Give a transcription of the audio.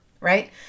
right